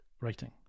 writing